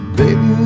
baby